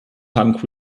punk